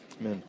amen